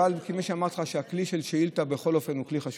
אמרתי לך שהכלי של שאילתה הוא כלי חשוב,